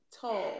tall